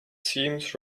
seems